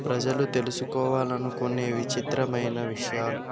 ప్రజలు తెలుసుకోవాలనుకునే విచిత్రమైన విషయాలు